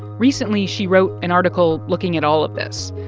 recently, she wrote an article looking at all of this.